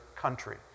country